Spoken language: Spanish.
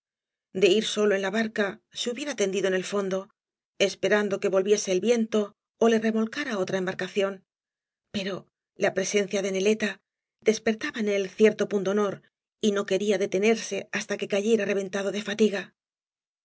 de ir solo en la barca se hubiera tendido en el fondo esperando que volviese el viento ó le remolcara otra embarcación pero la presencia de neleta despertaba en él cierto pundonor y no quería detenerse hasta que cayera reventado de fatiga su